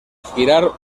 girar